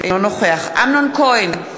אינו נוכח אמנון כהן,